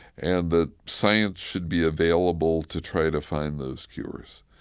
and that science should be available to try to find those cures.